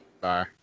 Bye